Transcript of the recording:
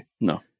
No